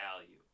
value